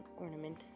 ornament